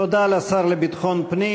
תודה לשר לביטחון פנים.